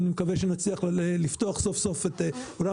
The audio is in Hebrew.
אני מקווה שנצליח לפתוח סוף סוף את עולם